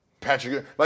Patrick